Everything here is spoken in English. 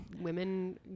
women